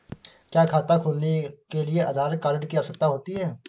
क्या खाता खोलने के लिए आधार कार्ड की आवश्यकता होती है?